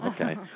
Okay